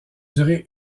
duré